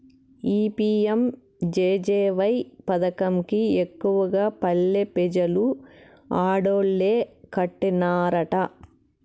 ఈ పి.యం.జె.జె.వై పదకం కి ఎక్కువగా పల్లె పెజలు ఆడోల్లే కట్టన్నారట